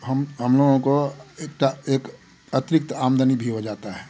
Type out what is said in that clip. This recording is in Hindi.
हम हम लोगों को एक एक अतरिक्त आमदनी भी हो जाता है